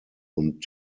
und